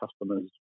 Customers